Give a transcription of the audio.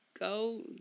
Go